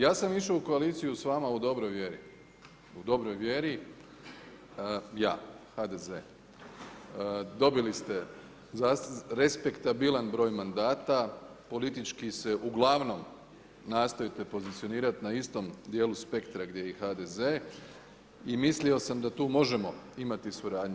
Ja sam išao u koaliciju s vama u dobroj vjeri, ja, HDZ, dobili ste respektabilan broj mandata, politički se uglavnom nastojite pozicionirati na istom dijelu spektra gdje i HDZ i mislio sam da tu možemo imati suradnju.